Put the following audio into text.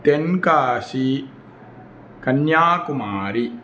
Tenkasi कन्याकुमारिः